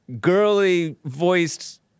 girly-voiced